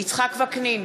יצחק וקנין,